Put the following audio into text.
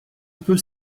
peut